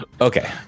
Okay